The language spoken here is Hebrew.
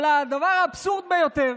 אבל הדבר האבסורדי ביותר